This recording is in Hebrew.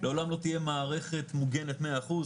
לעולם לא תהיה מערכת מוגנת 100 אחוז,